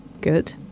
Good